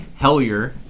Hellier